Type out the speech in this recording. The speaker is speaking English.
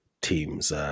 team's